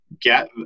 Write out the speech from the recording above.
get